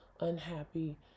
unhappy